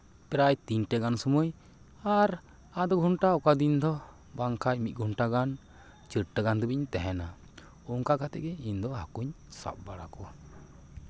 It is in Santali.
ᱯᱨᱟᱭ ᱛᱤᱱᱴᱮ ᱜᱟᱱ ᱥᱚᱢᱚᱭ ᱟᱨ ᱟᱫᱷ ᱜᱷᱚᱱᱴᱟ ᱚᱠᱟ ᱫᱤᱱ ᱫᱚ ᱵᱟᱝᱠᱷᱟᱱ ᱢᱤᱫ ᱜᱷᱚᱱᱴᱟ ᱜᱟᱱ ᱪᱟᱹᱨᱴᱟ ᱜᱟᱱ ᱫᱷᱟᱹᱵᱤᱡ ᱤᱧ ᱛᱟᱦᱮᱱᱟ ᱚᱱᱠᱟ ᱠᱟᱛᱮᱫ ᱜᱮ ᱤᱧᱫᱚ ᱦᱟᱹᱠᱩᱧ ᱥᱟᱵ ᱵᱟᱲᱟ ᱠᱚᱣᱟ